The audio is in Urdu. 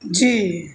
جی